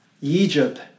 Egypt